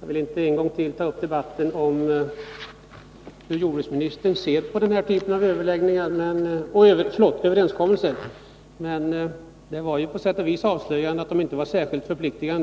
som vi företräder. Jag vill inte än en gång ta upp debatten om hur jordbruksministern ser på den här typen av överenskommelser, men jag vill säga att det på sätt och vis var avslöjande att de inte skulle vara särskilt förpliktande.